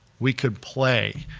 we could play,